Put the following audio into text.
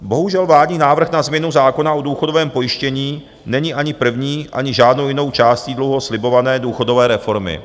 Bohužel, vládní návrh na změnu zákona o důchodovém pojištění není ani první, ani žádnou jinou částí dlouho slibované důchodové reformy.